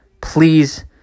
please